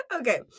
Okay